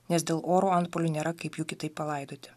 nes dėl oro antpuolių nėra kaip jų kitaip palaidoti